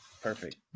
Perfect